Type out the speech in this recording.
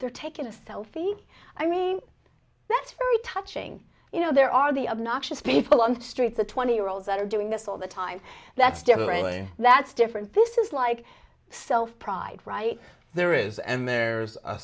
they're taking a selfie i mean that's very touching you know there are the obnoxious people on the street the twenty year olds that are doing this all the time that's differently that's different this is like self pride right there is and there's a